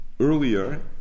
Earlier